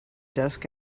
desk